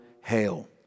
hail